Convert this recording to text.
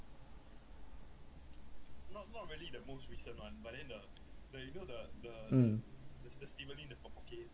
mm